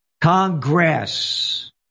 Congress